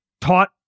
taught